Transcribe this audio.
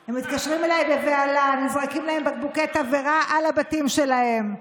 הם מתקשרים אליי בבהלה: נזרקים להם בקבוקי תבערה על הבתים שלהם,